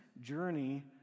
journey